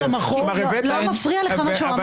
לא מפריע לך מה שהוא אמר?